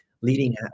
leading